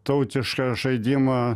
tautišką žaidimą